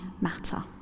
matter